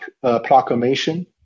Proclamation